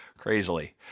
crazily